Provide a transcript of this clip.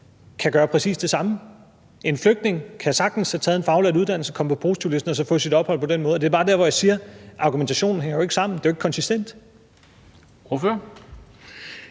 kan gøre præcis det samme; en flygtning kan sagtens have taget en faglært uddannelse, være kommet på positivlisten og så have fået sit ophold på den måde. Og det er bare der, hvor jeg siger: Argumentationen hænger jo ikke sammen; det er ikke konsistent.